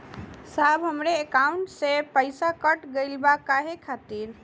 साहब हमरे एकाउंट से पैसाकट गईल बा काहे खातिर?